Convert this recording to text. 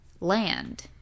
land